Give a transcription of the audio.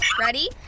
Ready